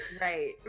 Right